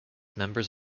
members